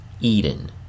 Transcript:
Eden